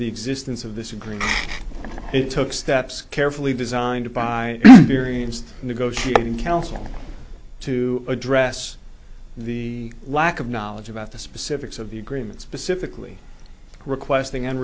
the existence of this agreement it took steps carefully designed by various negotiating council to address the lack of knowledge about the specifics of the agreement specifically requesting and